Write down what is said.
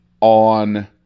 on